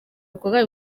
bikorwa